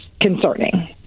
concerning